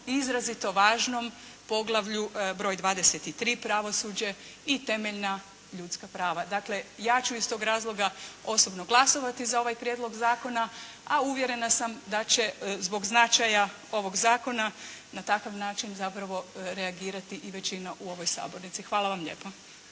izrazito važnom poglavlju broj 23. pravosuđe i temeljna ljudska prava. Dakle, ja ću iz tog razloga osobno glasovati za ovaj Prijedlog zakona. A uvjerena sam da će zbog značaja ovoga zakona na taj način reagirati i većina u ovoj Sabornici. Hvala vam lijepo.